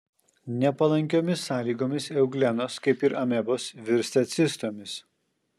nepalankiomis sąlygomis euglenos kaip ir amebos virsta cistomis